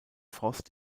frost